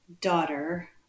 daughter